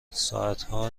ساعتها